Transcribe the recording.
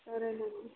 సరేనండి